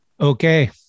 okay